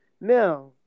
Now